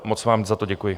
Moc vám za to děkuji.